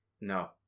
No